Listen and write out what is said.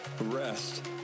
rest